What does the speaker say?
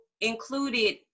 included